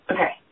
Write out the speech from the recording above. Okay